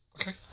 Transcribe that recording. Okay